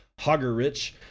Hagerich